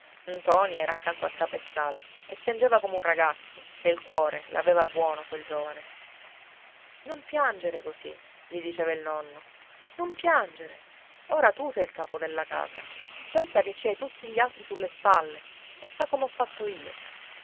medico ntoni era accanto al capezzale e piangeva come un ragazzo ché il cuore l'aveva buono quel giovane non piangere così gli diceva il nonno non piangere ora tu sei il capo della casa pensa che ci hai tutti gli altri sulle spalle e fa come ho fatto io